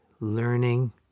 learning